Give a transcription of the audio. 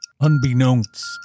Unbeknownst